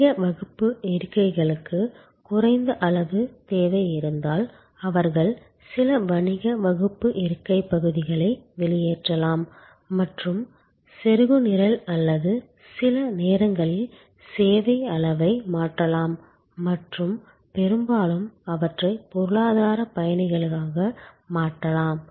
வணிக வகுப்பு இருக்கைகளுக்கு குறைந்த அளவு தேவை இருந்தால் அவர்கள் சில வணிக வகுப்பு இருக்கை பகுதிகளை வெளியேற்றலாம் மற்றும் செருகுநிரல் அல்லது சில நேரங்களில் சேவை அளவை மாற்றலாம் மற்றும் பெரும்பாலும் அவற்றை பொருளாதார பயணிகளாக மாற்றலாம்